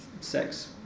sex